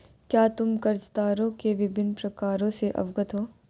क्या तुम कर्जदारों के विभिन्न प्रकारों से अवगत हो?